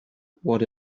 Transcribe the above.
what